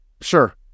Sure